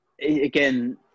again